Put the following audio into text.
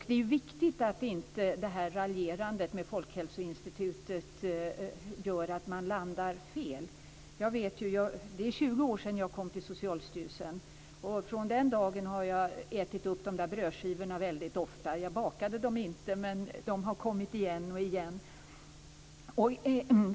Det är viktigt att inte det här raljerandet med Folkhälsoinstitutet gör att man landar fel. Det är 20 år sedan jag kom till Socialstyrelsen. Från den dagen har jag ätit upp de där brödskivorna väldigt ofta. Jag bakade dem inte, men de har kommit igen och igen.